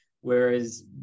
whereas